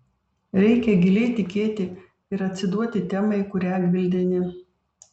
reikia giliai tikėti ir atsiduoti temai kurią gvildeni